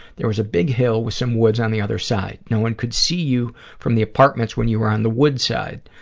there was a big hill with some woods on the other side. no one could see you from the apartments when you were on the woods side.